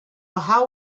how